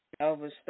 Elvis